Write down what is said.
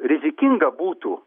rizikinga būtų